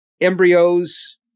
embryos